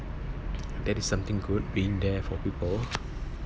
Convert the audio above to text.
that is something good being there for people